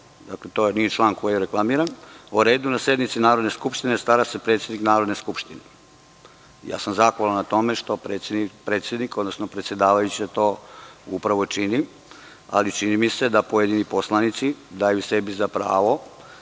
108. To nije član koji je reklamiran. O redu na sednici Narodne skupštine stara se predsednik Narodne skupštine. Zahvalan sam na tome što predsednik, odnosno predsedavajuća, to upravo čini, ali čini mi se da pojedini poslanici daju sebi za pravo